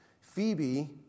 Phoebe